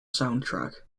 soundtrack